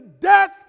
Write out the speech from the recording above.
death